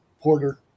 Porter